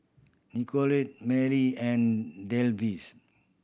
Nicolette Manley and